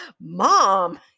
Mom